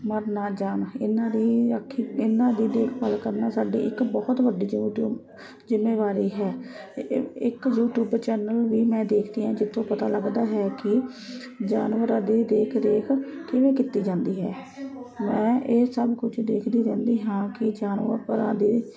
ਮਰ ਨਾ ਜਾਣ ਇਹਨਾਂ ਦੀ ਇਹਨਾਂ ਦੀ ਦੇਖਭਾਲ ਕਰਨਾ ਸਾਡੇ ਇੱਕ ਬਹੁਤ ਵੱਡੇ ਜੋ ਜ਼ਿੰਮੇਵਾਰੀ ਹੈ ਇ ਇੱਕ ਯੂਟੀਊਬ ਚੈਨਲ ਵੀ ਮੈਂ ਦੇਖਦੀ ਜਿੱਥੋਂ ਪਤਾ ਲੱਗਦਾ ਹੈ ਕਿ ਜਾਨਵਰਾਂ ਦੇ ਦੇਖ ਰੇਖ ਕਿਵੇਂ ਕੀਤੀ ਜਾਂਦੀ ਹੈ ਮੈਂ ਇਹ ਸਭ ਕੁਝ ਦੇਖਦੀ ਰਹਿੰਦੀ ਹਾਂ ਕੀ ਜਾਨਵਰਾਂ ਦੀ